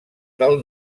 del